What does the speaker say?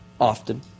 often